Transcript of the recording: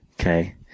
Okay